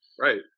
Right